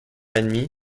ennemis